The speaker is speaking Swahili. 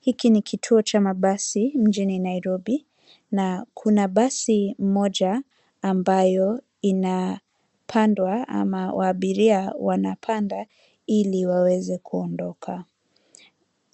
Hiki ni kituo cha mabasi mjini Nairobi na kuna basi moja ambayo inapandwa ama abiria wanapanda ili waweze kuondoka.